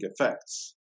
effects